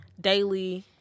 daily